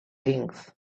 things